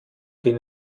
den